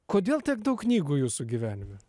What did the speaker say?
kodėl tiek daug knygų jūsų gyvenime